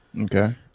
Okay